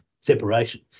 separation